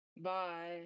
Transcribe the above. Bye